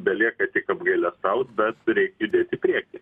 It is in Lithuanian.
belieka tik apgailestaut bet reik judėt į priekį